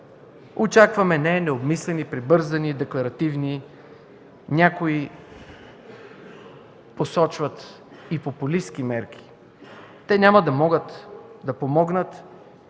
Очакваме не необмислени, прибързани и декларативни, а някои посочват – и популистки, мерки. Те няма да могат да помогнат